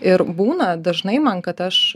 ir būna dažnai man kad aš